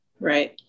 Right